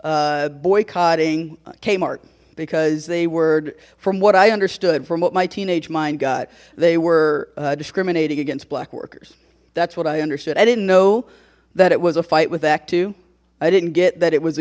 boycotting kmart because they were from what i understood from what my teenage mine got they were discriminating against black workers that's what i understood i didn't know that it was a fight with actu i didn't get that it was a